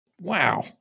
Wow